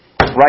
right